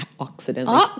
accidentally